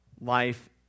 life